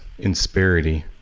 insperity